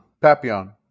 Papillon